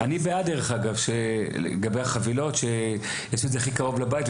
אני בעד שיש את זה הכי קרוב לבית,